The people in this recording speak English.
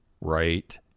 right